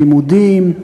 לימודים,